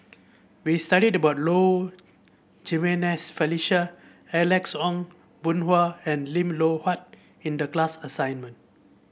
we studied about Low Jimenez Felicia Alex Ong Boon Hau and Lim Loh Huat in the class assignment